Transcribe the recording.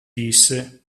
disse